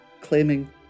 claiming